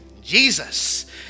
Jesus